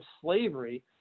slavery